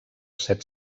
set